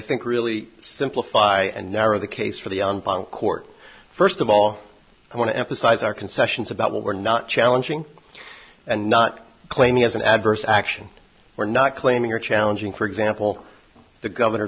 think really simplify and narrow the case for the court first of all i want to emphasize our concessions about what we're not challenging and not claiming as an adverse action we're not claiming or challenging for example the governor